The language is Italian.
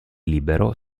libero